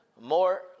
more